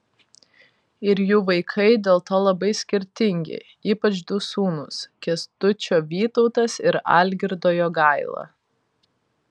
ir jų vaikai dėl to labai skirtingi ypač du sūnūs kęstučio vytautas ir algirdo jogaila